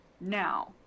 Now